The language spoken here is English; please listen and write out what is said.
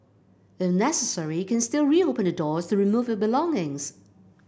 in necessary you can still reopen the doors to remove your belongings